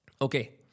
Okay